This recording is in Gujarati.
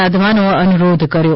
સાધવાનો અનુરાધ કર્યો